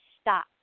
stop